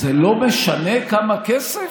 זה לא משנה כמה כסף?